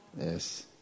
Yes